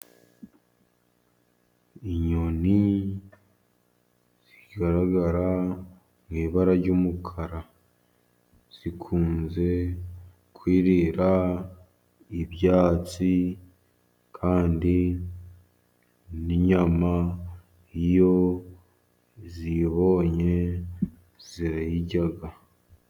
Inyoni zigaragara mu ibara ry'umukara, zikunze kwirira ibyatsi kandi n'inyama iyo ziyibonye zirayirya.